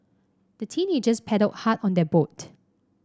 the teenagers paddled hard on their boat